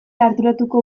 arduratuko